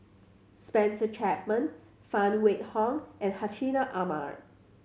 Spencer Chapman Phan Wait Hong and Hartinah Ahmad